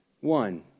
One